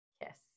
yes